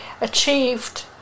achieved